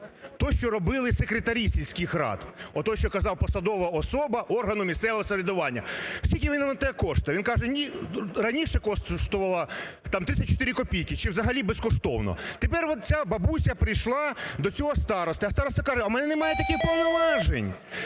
те, що робили секретарі сільських рад, отой, що казав "посадова особа органу місцевого самоврядування. Скільки він у тебе коштує? Він каже, раніше коштувало 34 копійки чи взагалі безкоштовно. Тепер от ця бабуся прийшла до цього старости, а староста каже, у мене немає таких повноважень,